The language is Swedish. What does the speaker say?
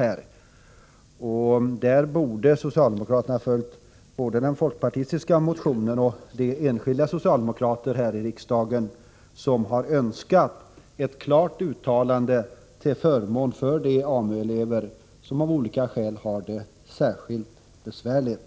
På den punkten borde socialdemokraterna ha följt både den folkpartistiska motionen och inställningen hos de enskilda socialdemokrater här i riksdagen som har önskat ett klart uttalande till förmån för de AMU-elever som av olika skäl har det särskilt besvärligt.